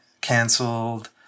canceled